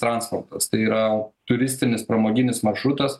transportas tai yra turistinis pramoginis maršrutas